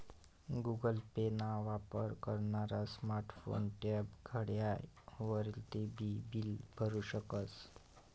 Google Pay ना वापर करनारा स्मार्ट फोन, टॅब, घड्याळ वरतीन बी बील भरु शकस